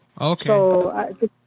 Okay